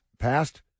passed